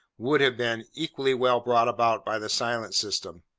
would have been equally well brought about by the silent system.